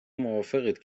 موافقید